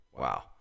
Wow